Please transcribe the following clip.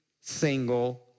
single